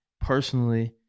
personally